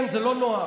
כן, זה לא נוח.